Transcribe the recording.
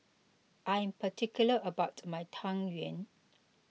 I am particular about my Tang Yuen